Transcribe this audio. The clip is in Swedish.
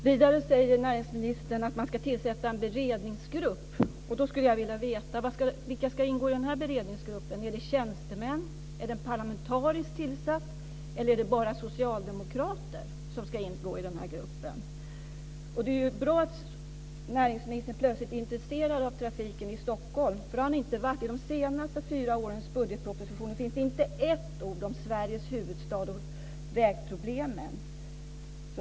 Vidare säger näringsministern att man ska tillsätta en beredningsgrupp. Då skulle jag vilja veta: Vilka ska ingå i den? Är det tjänstemän? Ska den bli parlamentariskt sammansatt? Eller är det bara socialdemokrater som ska ingå i denna grupp? Det är bra att näringsministern plötsligt intresserar sig för trafiken i Stockholm, för det har han inte gjort tidigare. I de senaste fyra årens budgetpropositioner nämns inte ett ord om Sveriges huvudstad och vägproblemen.